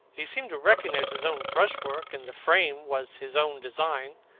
he seemed to recognize his own brushwork, and the frame was his own design.